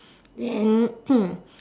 then